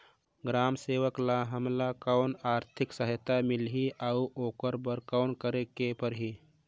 ग्राम सेवक ल हमला कौन आरथिक सहायता मिलही अउ ओकर बर कौन करे के परही?